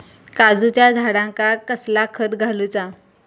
काजूच्या झाडांका कसला खत घालूचा?